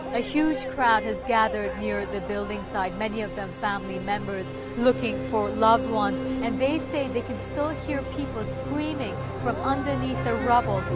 a huge crowd has gathered near the building site, many of them family members looking for loved ones, and they say they can still hear people screaming from underneath the rubble,